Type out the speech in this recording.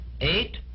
eight